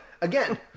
Again